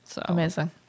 Amazing